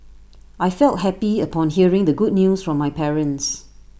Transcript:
I felt happy upon hearing the good news from my parents